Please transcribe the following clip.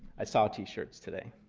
i saw t-shirts today.